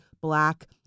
black